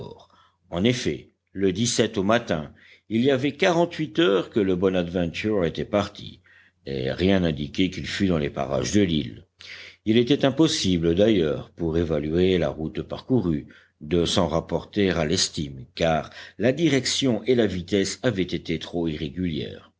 en effet le au matin il y avait quarante-huit heures que le bonadventure était parti et rien n'indiquait qu'il fût dans les parages de l'île il était impossible d'ailleurs pour évaluer la route parcourue de s'en rapporter à l'estime car la direction et la vitesse avaient été trop irrégulières